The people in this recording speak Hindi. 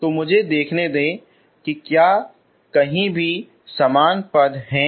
तो मुझे देखने दो कि क्या वे कहीं भी समान पद हैं